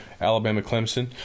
Alabama-Clemson